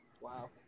Wow